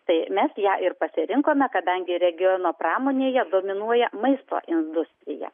tai mes ją ir pasirinkome kadangi regiono pramonėje dominuoja maisto industrija